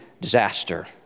disaster